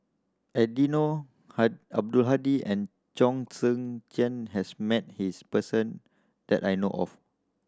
Eddino Abdul Hadi and Chong Tze Chien has met his person that I know of